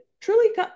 truly